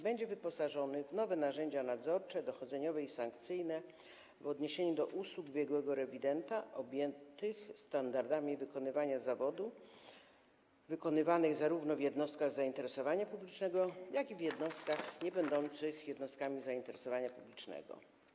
Będzie wyposażona w nowe narzędzia nadzorcze, dochodzeniowe i sankcyjne w odniesieniu do usług biegłego rewidenta objętych standardami wykonywania zawodu, wykonywanych zarówno w jednostkach zainteresowania publicznego, jak i w jednostkach niebędących jednostkami zainteresowania publicznego.